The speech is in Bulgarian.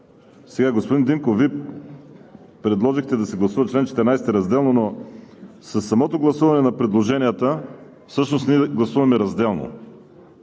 Господин Динков, Вие предложихте да се гласува чл. 14 разделно, но със самото гласуване на предложенията всъщност ние гласуваме разделно.